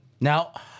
Now